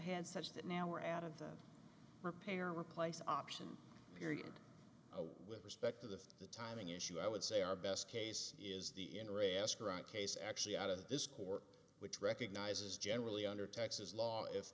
head such that now we're out of the repair replace option period with respect to the timing issue i would say our best case is the end rask right case actually out of this court which recognizes generally under texas law if